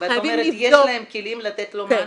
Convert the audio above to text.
הם חייבים לבדוק --- זאת אומרת יש להם כלים לתת לו מענה?